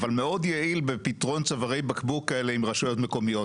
אבל מאוד יעיל בפתרון צווארי בקבוק כאלה עם רשויות מקומיות.